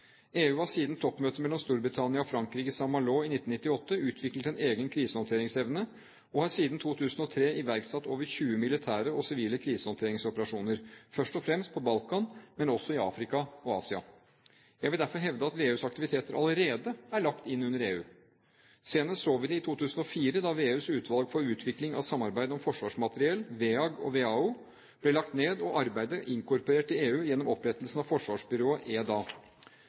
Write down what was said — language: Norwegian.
EU har siden toppmøtet mellom Storbritannia og Frankrike i St. Malo i 1998 utviklet en egen krisehåndteringsevne og har siden 2003 iverksatt over 20 militære og sivile krisehåndteringsoperasjoner, først og fremst på Balkan, men også i Afrika og Asia. Jeg vil derfor hevde at VEUs aktiviteter allerede er lagt inn under EU. Senest så vi det i 2004, da VEUs utvalg for utvikling og samarbeid om forsvarsmateriell, WEAG og WEAO, ble lagt ned, og arbeidet inkorporert i EU gjennom opprettelsen av forsvarsbyrået